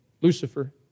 Lucifer